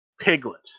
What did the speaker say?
Piglet